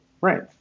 right